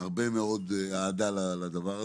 הרבה מאוד אהדה לדבר הזה.